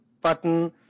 button